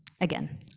Again